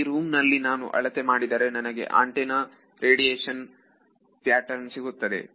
ಈ ರೂಮಿನಲ್ಲಿ ನಾನು ಅಳತೆ ಮಾಡಿದರೆ ನನಗೆ ಆಂಟಿನಾದ ರೇಡಿಯೇಶನ್ ಪ್ಯಾಟರ್ನ್ ಸಿಗುತ್ತದೆ